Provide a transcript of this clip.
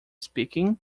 speaking